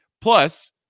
Plus